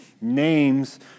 names